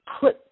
put